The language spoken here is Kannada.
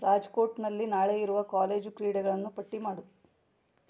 ರಾಜ್ಕೋಟ್ನಲ್ಲಿ ನಾಳೆ ಇರುವ ಕಾಲೇಜು ಕ್ರೀಡೆಗಳನ್ನು ಪಟ್ಟಿ ಮಾಡು